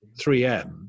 3m